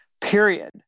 period